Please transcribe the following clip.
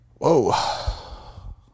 Whoa